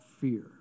fear